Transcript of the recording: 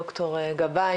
ד"ר גבאי,